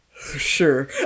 sure